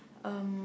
um